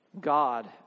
God